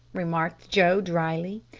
remarked joe drily.